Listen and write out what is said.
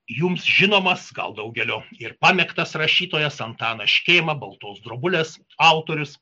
jums žinomas gal daugelio ir pamėgtas rašytojas antanas škėma baltos drobulės autorius